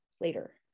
later